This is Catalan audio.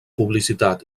publicitat